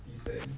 decent